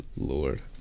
Lord